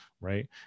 right